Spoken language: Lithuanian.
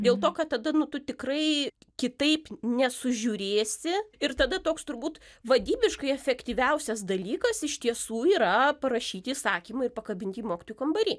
dėl to kad tada nu tu tikrai kitaip nesužiūrėsi ir tada toks turbūt vadybiškai efektyviausias dalykas iš tiesų yra parašyti įsakymą ir pakabint jį mokytojų kambary